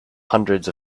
hundreds